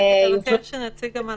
זה שכתבו ככה פעם זה לא אומר שצריך גם כאן.